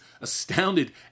astounded